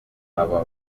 aba